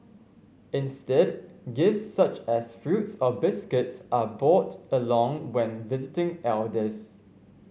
instead gifts such as fruits or biscuits are brought along when visiting elders